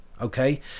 okay